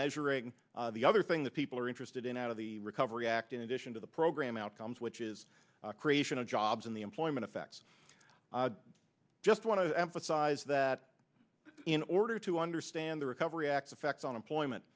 measuring the other thing that people are interested in out of the recovery act in addition to the program outcomes which is creation of jobs in the employment effects just want to emphasize that in order to understand the recovery act effect on employment